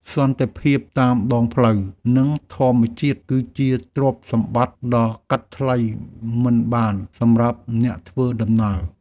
សន្តិភាពតាមដងផ្លូវ និងធម្មជាតិ គឺជាទ្រព្យសម្បត្តិដ៏កាត់ថ្លៃមិនបានសម្រាប់អ្នកធ្វើដំណើរ។